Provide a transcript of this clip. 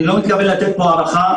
אני לא מתכוון לתת פה הערכה.